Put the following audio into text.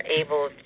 able